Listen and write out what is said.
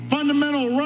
Fundamental